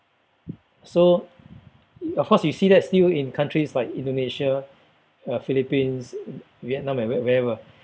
so of course you see that's still in countries like Indonesia uh Philippines Vietnam and where wherever